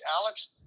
Alex